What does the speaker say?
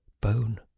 bone